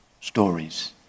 stories